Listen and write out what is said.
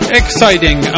exciting